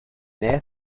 nähe